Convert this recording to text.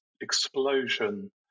explosion